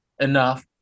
enough